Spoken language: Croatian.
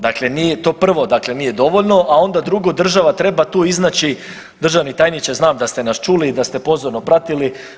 Dakle, nije to prvo, dakle nije dovoljno, a onda drugo država treba tu iznaći, državni tajniče znam da ste nas čuli i da ste pozorno pratili.